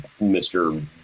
mr